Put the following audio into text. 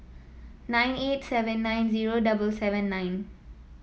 nine eight seventy nine zero double seven nine